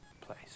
place